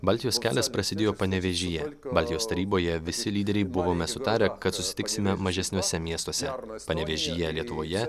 baltijos kelias prasidėjo panevėžyje baltijos taryboje visi lyderiai buvome sutarę kad susitiksime mažesniuose miestuose panevėžyje lietuvoje